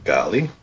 Golly